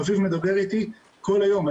אביב מדבר איתי כל היום.